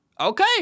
Okay